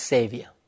Savior